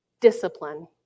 discipline